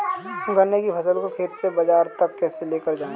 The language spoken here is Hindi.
गन्ने की फसल को खेत से बाजार तक कैसे लेकर जाएँ?